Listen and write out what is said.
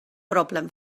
broblem